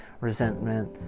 resentment